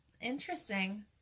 Interesting